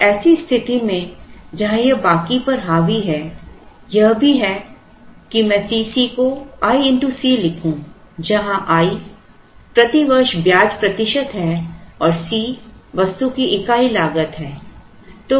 तो ऐसी स्थिति में जहां यह बाकी पर हावी है यह भी है कि मैं C c को i x C लिखूं जहां i प्रति वर्ष ब्याज प्रतिशत और C वस्तु की इकाई लागत है